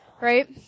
right